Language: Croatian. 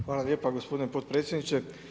Hvala lijepo gospodine potpredsjedniče.